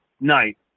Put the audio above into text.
night